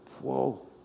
whoa